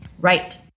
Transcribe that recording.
Right